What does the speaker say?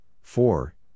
four